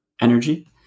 energy